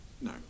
no